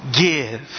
Give